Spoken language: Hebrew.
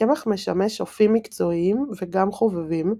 הקמח משמש אופים מקצועיים וגם חובבים,